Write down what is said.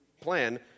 plan